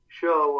show